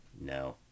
No